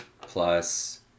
plus